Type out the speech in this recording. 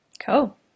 Cool